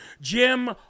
Jim